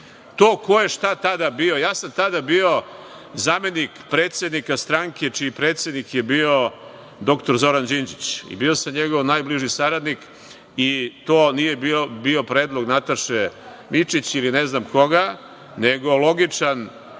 To ko je šta tada bio. Ja sam tada bio zamenik predsednika stranke čiji predsednik je bio dr Zoran Đinđić i bio sam njegov najbliži saradnik. To nije bio predlog Nataše Mićić ili ne znam koga, nego logičan